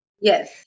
Yes